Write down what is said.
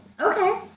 Okay